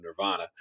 Nirvana